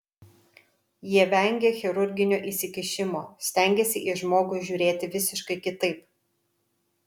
jie vengia chirurginio įsikišimo stengiasi į žmogų žiūrėti visiškai kitaip